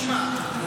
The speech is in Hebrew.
תשמע,